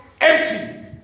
empty